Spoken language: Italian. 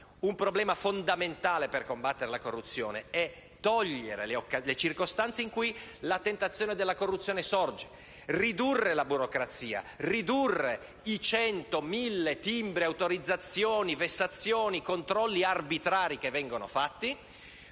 Un modo fondamentale per combattere la corruzione consiste nell'eliminare le circostanze in cui la tentazione della corruzione sorge, riducendo la burocrazia, riducendo i cento, mille timbri, autorizzazioni, vessazioni, controlli arbitrari previsti,